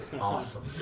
Awesome